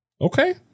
Okay